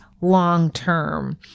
long-term